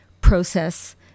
process